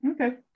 okay